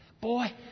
Boy